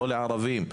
לא לערבים.